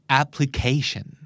application